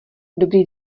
dobrý